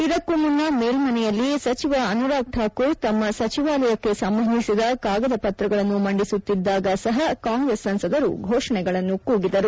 ಇದಕ್ಕೂ ಮುನ್ನ ಮೇಲ್ಮನೆಯಲ್ಲಿ ಸಚಿವ ಅನುರಾಗ್ ಠಾಕೂರ್ ತಮ್ಮ ಸಚಿವಾಲಯಕ್ಕೆ ಸಂಬಂಧಿಸಿದ ಕಾಗದ ಪತ್ರಗಳನ್ನು ಮಂಡಿಸುತ್ತಿದ್ದಾಗ ಸಹ ಕಾಂಗೈಸ್ ಸಂಸದರು ಘೋಷಣೆಗಳನ್ನು ಕೂಗಿದರು